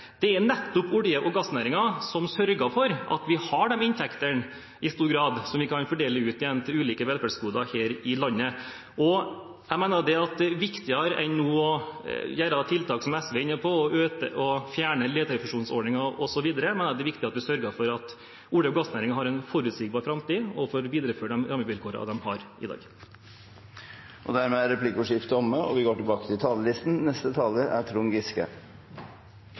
Det er nettopp olje- og gassnæringen som i stor grad sørger for at vi har de inntektene som vi kan fordele ut igjen til ulike velferdsgoder her i landet. Jeg mener at viktigere nå enn å gjøre tiltak som det SV er inne på, og fjerne leterefusjonsordningen osv., er det å sørge for at olje- og gassnæringen har en forutsigbar framtid og får videreføre de rammevilkårene den har i dag. Replikkordskiftet er omme. For Arbeiderpartiet har skatte- og avgiftspolitikken tre viktige mål: For det første skal den gi en god og trygg finansiering av de velferdsgodene vi mener det er